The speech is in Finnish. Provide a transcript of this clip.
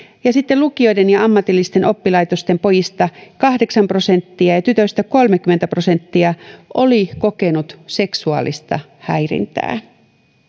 ja sitten lukioiden ja ammatillisten oppilaitosten pojista kahdeksan prosenttia ja tytöistä kolmekymmentä prosenttia oli kokenut seksuaalista häirintää